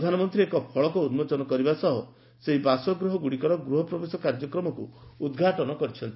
ପ୍ରଧାନମନ୍ତୀ ଏକ ଫଳକ ଉନ୍କୋଚନ କରିବା ସହ ସେହି ବାସଗୃହଗୁଡ଼ିକର ଗୃହ ପ୍ରବେଶ କାର୍ଯ୍ୟକ୍ରମକୁ ଉଦ୍ଘାଟନ କରିଛନ୍ତି